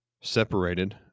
separated